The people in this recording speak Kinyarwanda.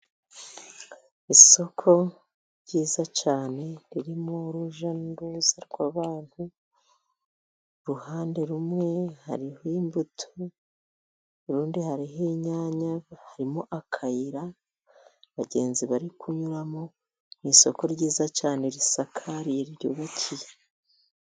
Isoko ryiza cyane, ririmo urujya n'uruza rw'abantu, uruhande rumwe hariho imbuto, urundi hariho inyanya, harimo akayira abagenzi bari kunyuramo, mu isoko ryiza cyane, risakariye, ryubakiye.